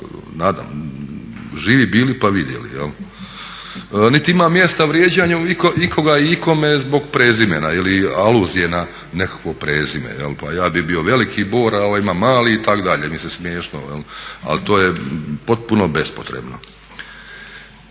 ostalom, živi bili pa vidjeli. Niti ima mjesta vrijeđanju ikoga i kome zbog prezimena ili aluzije na nekakvo prezime. Pa ja bi bio veliki bor, a ovaj ima mali itd. mislim smiješno ali to je potpuno bespotrebno.